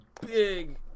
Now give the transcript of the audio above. big